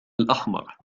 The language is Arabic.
الأحمر